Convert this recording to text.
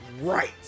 right